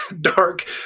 dark